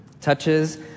touches